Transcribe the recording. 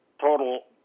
total